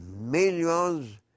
millions